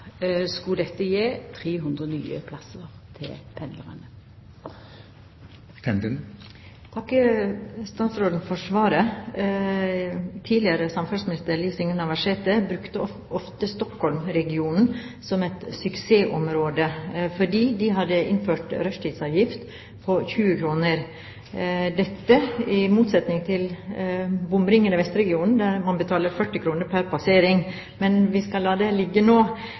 dette gje 300 nye plassar til pendlarane. Jeg takker statsråden for svaret. Tidligere samferdselsminister Liv Signe Navarsete brukte ofte Stockholm-regionen som eksempel på et suksessområde, fordi de hadde innført rushtidsavgift på 20 kr – dette i motsetning til bomringen i vestregionen, der man betaler 40 kr pr. passering. Men vi skal la det ligge nå.